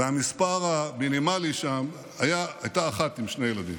והמספר המינימלי שם, הייתה אחת עם שני ילדים,